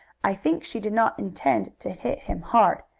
i think she did not intend to hit him hard,